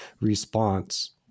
response